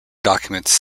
documents